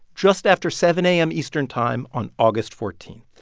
just after seven a m. eastern time on august fourteen.